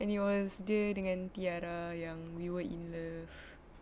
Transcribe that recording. and it was dia dengan T-ara yang we were in love